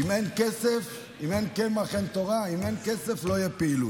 אם אין כסף אין תורה, אם אין כסף לא תהיה פעילות.